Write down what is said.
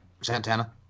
Santana